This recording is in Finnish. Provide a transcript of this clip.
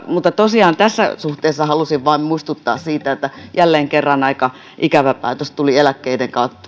mutta tosiaan tässä suhteessa halusin vain muistuttaa siitä että jälleen kerran aika ikävä päätös tuli eläkkeiden